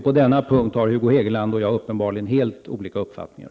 På denna punkt har Hugo Hegeland och jag uppenbarligen helt olika uppfattningar.